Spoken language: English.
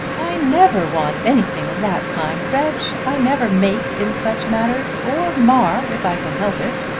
i never want anything of that kind, reg. i never make in such matters or mar if i can help it.